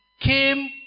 came